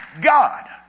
God